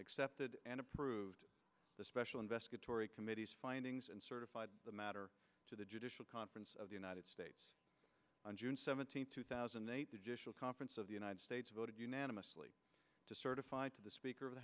excepted and approved the special investigatory committee's findings and certified the matter to the judicial conference of the united states on june seventeenth two thousand and eight the conference of the united states voted unanimously to certify to the speaker of the